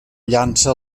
llança